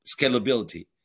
scalability